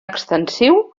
extensiu